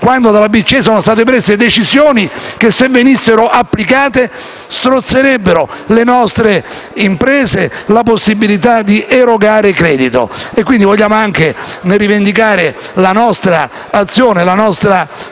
quando dalla BCE sono state prese decisioni che, se venissero applicate, strozzerebbero le nostre imprese, la possibilità di erogare credito? Vogliamo pertanto rivendicare la nostra azione e la nostra posizione,